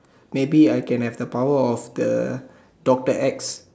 maybe I can have the power of the doctor